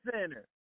center